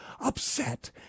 upset